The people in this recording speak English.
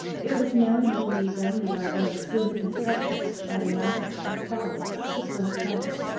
it was known and believed only by those who had been prejudiced by the malice or folly of sir philip baddely.